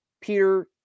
Peter